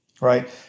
right